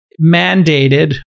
mandated